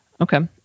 Okay